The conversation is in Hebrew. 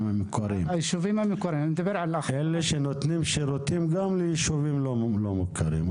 המוכרים שנותנים שירותים גם ליישובים לא מוכרים.